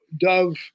Dove